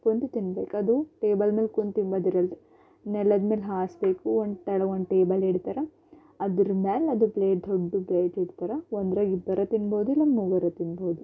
ಕುಂತು ತಿನ್ಬೇಕು ಅದು ಟೇಬಲ್ ಮೇಲೆ ಕುಂತು ತಿಂಬೋದ್ರಲ್ಲ ರಿ ನೆಲದ್ಮೇಲೆ ಹಾಸಬೇಕು ಒಂದು ತೆಳಗೊಂದು ಟೇಬಲಿಡ್ತರ ಅದ್ರ ಮ್ಯಾಲ ಅದು ಪ್ಲೇಟ್ ದೊಡ್ಡು ಪ್ಲೇಟಿಡ್ತರ ಒಂದ್ರಾಗ್ ಇಬ್ಬರು ತಿನ್ಬೋದು ಇಲ್ಲ ಮೂವರು ತಿನ್ಬೋದು